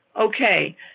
okay